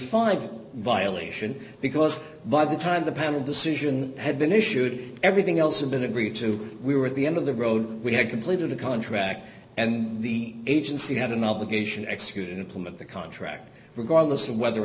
fine violation because by the time the panel decision had been issued everything else had been agreed to we were at the end of the road we had completed a contract and the agency had an obligation execute and implement the contract regardless of whether or